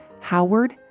Howard